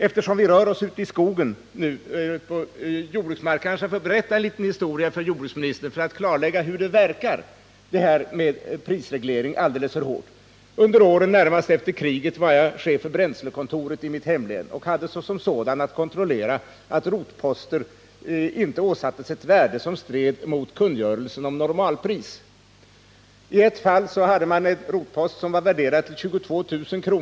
Eftersom vi rör oss ute i skogen och på jordbruksmarknaden vill jag berätta en liten historia för jordbruksministern för att klarlägga hur en för hård prisreglering verkar. Under åren närmast efter kriget var jag chef för bränslekontoret i mitt hemlän och hade såsom sådan att kontrollera att rotposter inte åsattes ett värde som stred mot kungörelsen om normalpris. I ett fall var en rotpost värderad till 22 000 kr.